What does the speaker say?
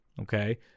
Okay